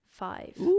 five